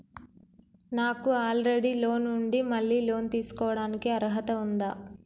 నాకు already loan ఉండి మళ్ళీ లోన్ తీసుకోవడానికి అర్హత ఉందా?